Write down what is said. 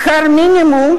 שכר המינימום,